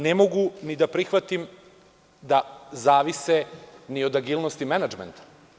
Ne mogu da prihvatim da zavise ni od agilnosti menadžmenta.